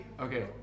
Okay